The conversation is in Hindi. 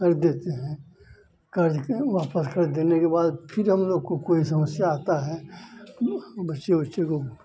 कर देते हैं कर्ज के वापस कर देने के बाद फिर हमलोग को कोई समस्या आती है बच्चे वच्चे को